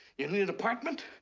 you need an apartment?